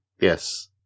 Yes